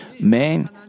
Man